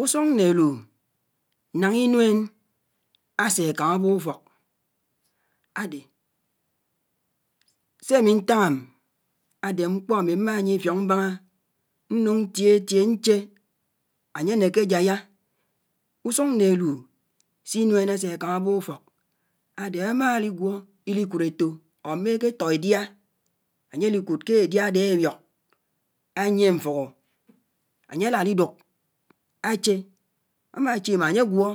Úsùng né élù nághá inuèn ásè kámá ábòp ufor ádè se ámi ntáñ m ádè mkpò ámi maa nyié ifiòk mbána nuñ ntiè tiè nchè ányè nèkè ájáyá. Úsúng né élù se inuèn ásè kámá bòp ufok ádè ámá li gwó ili kúd étó or mé éké tó édià ányè li kúd kè édià ádè ábiòk, ányiè mfùhò ányè á la li dùk áchè, ámáchè imaa ányè gwó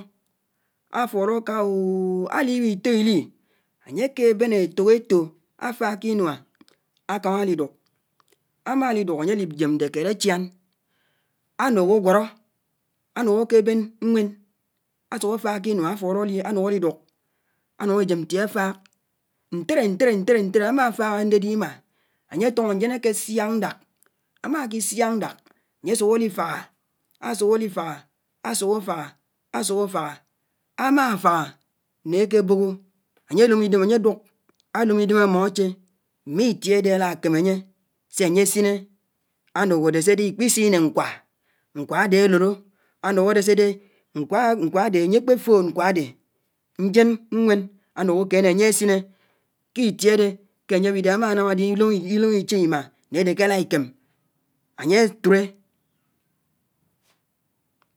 áfurò ákaa o á li bò itò idi ányè ákè bén éfòk étò áfák k’inuá ákámá li duk, ámá li lùk ányè ákè jèm ndi kéd áchián ánuk áwọrọ ánuk ákè bén nwén ásùk áfák ke inúa áfulọ adi ánuñ á li dùk ánùk ájem ntiè àfàk ntèdè, ntèdè, ntèdè, ntèdè ámáfák ándèdè imaa ányè tóñó ndién ákè siák ndák, ámá kisuák ndák ányè suk ádi fághá ásùk ádi fághá, ásùk áfághá, ásùk áfághá, ámá fághá né ke bòhò, ányè lòmò idem ányè lùk, á dòmò idèm ámò áché m’ĩtuè ádè á la kèm ányè sé ányè sinè ánùk ádè si ikpi siné nkwá nkwá á dé á loli, ánùk ádè sè dè nkwá, nkwá ádè ányè ákpè fód nkwá ádè, njén nwèn ánuk ákènè ányè ásinè k’itiẽ ádè ke ányè ábidè ámá nám ádè ilok ĩchè imaa n’èdè ke ala ikèm ányè áturè.